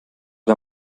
der